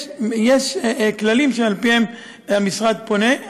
יש כללים שעל-פיהם המשרד פונה.